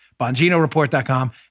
BonginoReport.com